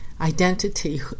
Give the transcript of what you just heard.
identity